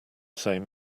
same